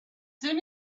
soon